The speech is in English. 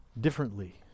differently